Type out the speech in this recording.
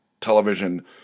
Television